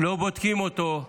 לא בודקים אותו,